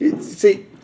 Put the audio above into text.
See